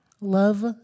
love